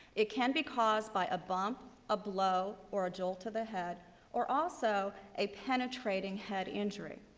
it can be caused by a bump, a blow or a jolt to the head or also a penetrating head injury.